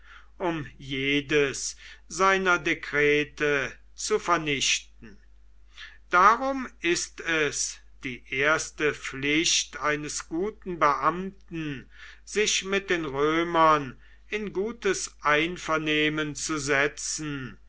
um jedes seiner dekrete zu vernichten darum ist es die erste pflicht eines guten beamten sich mit den römern in gutes einvernehmen zu setzen